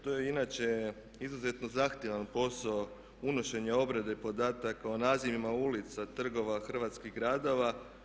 To je inače izuzetno zahtjevan posao unošenja obrade podataka o nazivima ulica, trgova, hrvatskih gradova.